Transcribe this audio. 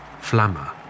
Flamma